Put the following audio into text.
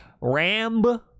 Ram